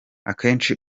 akenshi